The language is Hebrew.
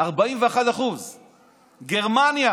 41%; גרמניה